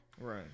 Right